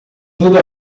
tudo